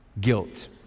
guilt